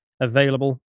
available